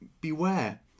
beware